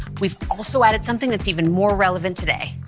we've also added something that's even more relevant today.